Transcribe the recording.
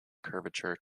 curvature